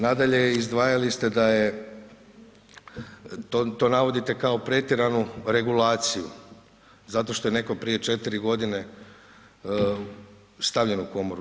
Nadalje, izdvajali ste da je, to navodite kao pretjeranu regulaciju zato što je netko prije 4 g. stavljen u komoru.